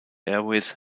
airways